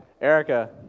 Erica